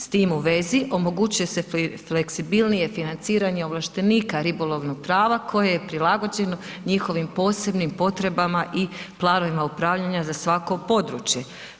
S tim u vezi omogućuje se fleksibilnije financiranje ovlaštenika ribolovnog prava koje je prilagođeno njihovim posebnim potrebama i planovima upravljanja za svako područje.